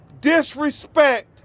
disrespect